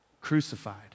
crucified